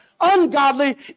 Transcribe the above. ungodly